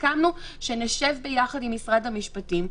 הסכמנו שנשב ביחד עם משרד המשפטים.